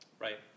Right